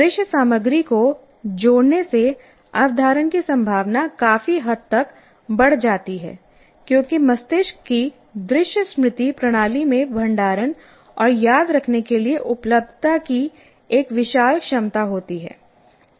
दृश्य सामग्री को जोड़ने से अवधारण की संभावना काफी हद तक बढ़ जाती है क्योंकि मस्तिष्क की दृश्य स्मृति प्रणाली में भंडारण और याद रखने के लिए उपलब्धता की एक विशाल क्षमता होती है